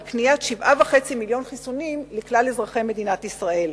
על קניית 7.5 מיליוני חיסונים לכלל אזרחי מדינת ישראל.